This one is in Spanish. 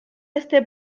este